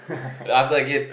I answer again